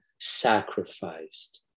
sacrificed